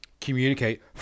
communicate